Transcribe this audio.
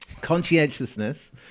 Conscientiousness